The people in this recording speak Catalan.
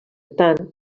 tant